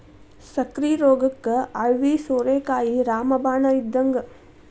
ಸಕ್ಕ್ರಿ ರೋಗಕ್ಕ ಐವಿ ಸೋರೆಕಾಯಿ ರಾಮ ಬಾಣ ಇದ್ದಂಗ